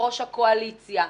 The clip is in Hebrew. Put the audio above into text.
יושב-ראש הקואליציה,